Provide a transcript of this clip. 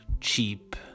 Cheap